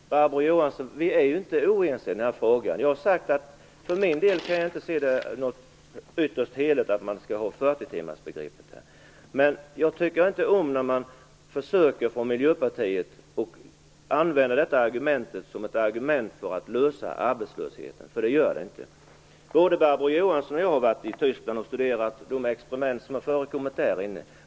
Herr talman! Barbro Johansson, vi är ju inte oense i denna fråga. Jag har sagt att jag för min del inte kan se fyrtiotimmarsbegreppet som något ytterst heligt. Men jag tycker inte om när man från Miljöpartiet försöker använda förslaget om arbetstidsförkortning som ett argument för att lösa arbetslösheten, för det gör den inte. Både Barbro Johansson och jag har varit i Tyskland och studerat de experiment som har förekommit där.